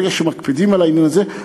ברגע שמקפידים על העניין הזה,